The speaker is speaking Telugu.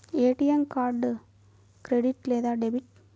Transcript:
ఏ.టీ.ఎం కార్డు క్రెడిట్ లేదా డెబిట్?